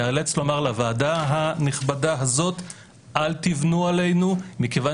נאלץ לומר לוועדה הנכבדה הזאת אל תבנו עלינו מכיוון